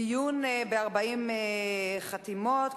דיון ב-40 חתימות,